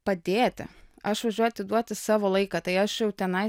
padėti aš važiuoju atiduoti savo laiką tai aš jau tenai